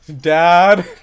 Dad